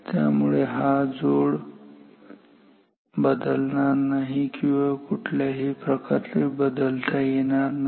त्यामुळे हा जोड बदलणार नाही किंवा कुठल्याही प्रकारे बदलता येणार नाही